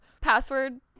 password